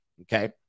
Okay